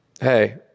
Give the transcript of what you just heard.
hey